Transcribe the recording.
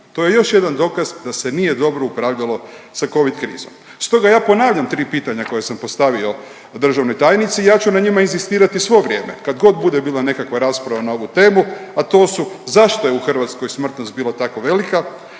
To je još jedan dokaz da se nije dobro upravljalo sa Covid krizom. Stoga ja ponavljam 3 pitanja koja sam postavio državnoj tajnici, ja ću na njima inzistirati svo vrijeme, kad god bude bila nekakva rasprava na ovu temu, a to su, zašto je u Hrvatskoj smrtnost bila tako velika,